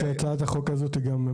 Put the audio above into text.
שההצעה הזו בשונה ממה שמופיע בחוקי היסוד,